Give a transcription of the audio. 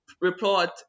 report